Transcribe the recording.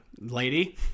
Lady